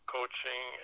coaching